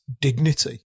dignity